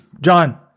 John